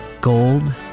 Gold